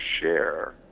share